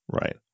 Right